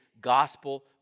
gospel